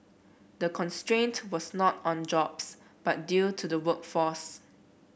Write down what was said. the constraint was not on jobs but due to the workforce